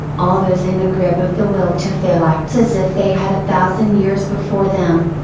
all those in the grip of the will to fail act as if they had a thousand years before them.